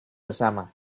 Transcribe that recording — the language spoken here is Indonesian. bersama